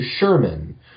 Sherman